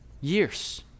years